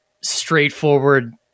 straightforward